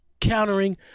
countering